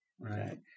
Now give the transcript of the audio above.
Right